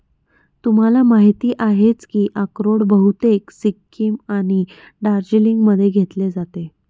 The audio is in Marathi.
तुम्हाला माहिती आहेच की अक्रोड बहुतेक सिक्कीम आणि दार्जिलिंगमध्ये घेतले जाते